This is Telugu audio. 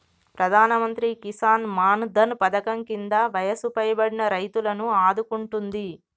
ప్రధానమంత్రి కిసాన్ మాన్ ధన్ పధకం కింద వయసు పైబడిన రైతులను ఆదుకుంటుంది